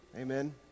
Amen